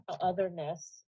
otherness